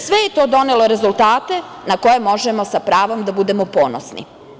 Sve je to donelo rezultate na koje možemo sa pravom da budemo ponosni.